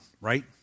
right